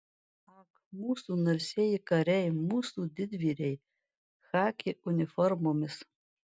ak mūsų narsieji kariai mūsų didvyriai chaki uniformomis